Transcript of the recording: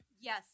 Yes